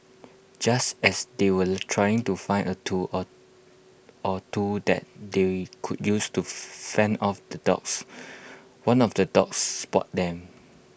just as they were trying to find A tool or or two that they could use to fend off the dogs one of the dogs spotted them